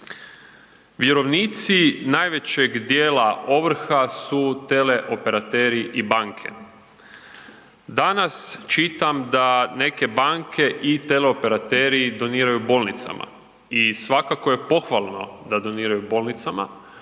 Vjerovnici najvećeg dijela ovrha su teleoperateri i banke. Danas čitam da neke banke i teleoperateri doniraju bolnicama i svakako je pohvalno da doniraju bolnica,